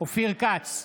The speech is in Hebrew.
אופיר כץ,